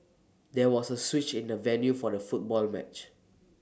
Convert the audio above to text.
there was A switch in the venue for the football match